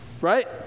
right